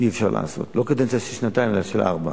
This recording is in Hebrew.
אי-אפשר לעשות, לא קדנציה של שנתיים אלא של ארבע.